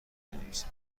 بنویسد